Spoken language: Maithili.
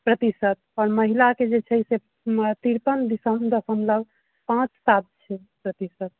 प्रतिशत आओर महिलाके जे छै तिरपन दसमलव पाँच सात छै प्रतिशत